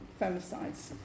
femicides